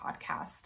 podcast